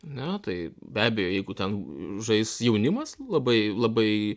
ar ne tai be abejo jeigu ten žais jaunimas labai labai